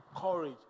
Courage